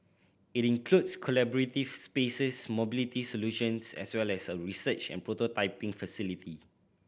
it includes collaborative spaces mobility solutions as well as a research and prototyping facility